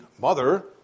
mother